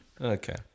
Okay